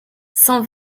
cent